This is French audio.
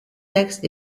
textes